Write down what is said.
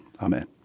Amen